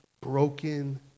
broken